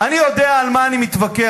אני יודע על מה אני מתווכח,